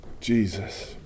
Jesus